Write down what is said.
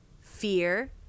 fear